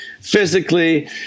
physically